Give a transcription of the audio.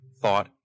thought